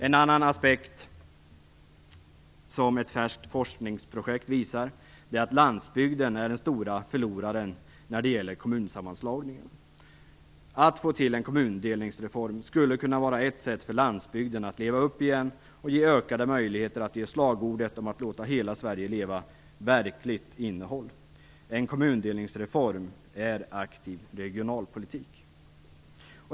En annan aspekt som ett färskt forskningsprojekt visar på är att landsbygden är det stora förloraren vid kommunsammanslagningar. Att få till en kommundelningsreform skulle kunna vara ett sätt för landsbygden att leva upp igen, och ge ökade möjligheter till verkligt innehåll för slagordet om att låta hela Sverige leva. En kommundelningsreform är aktiv regionalpolitik.